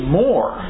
more